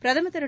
பிரதம் திரு